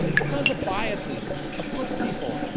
what kinds of biases afoots people?